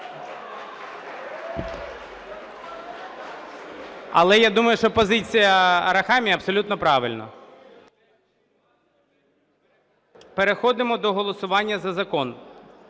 Але я думаю, що позиція Арахамії абсолютно правильна. Переходимо до голосування за закон.